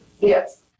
Yes